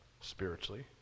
Spiritually